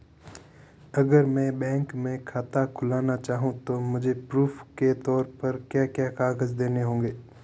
अगर मैं बैंक में खाता खुलाना चाहूं तो मुझे प्रूफ़ के तौर पर क्या क्या कागज़ देने होंगे?